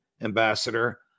Ambassador